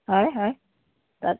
হয় হয় তাত